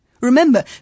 Remember